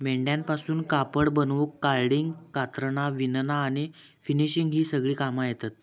मेंढ्यांपासून कापड बनवूक कार्डिंग, कातरना, विणना आणि फिनिशिंग ही सगळी कामा येतत